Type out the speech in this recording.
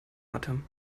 atem